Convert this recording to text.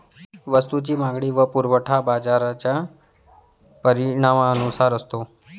वस्तूची मागणी व पुरवठा बाजाराच्या परिणामानुसार असतो